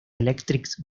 electric